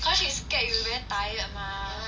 cause she scared you very tired mah